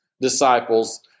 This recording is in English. disciples